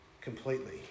completely